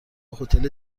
هتل